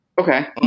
Okay